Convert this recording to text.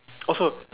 also